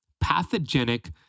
pathogenic